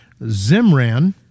Zimran